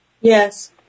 Yes